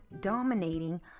dominating